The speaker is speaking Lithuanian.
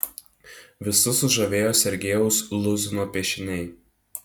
visus sužavėjo sergejaus luzino piešiniai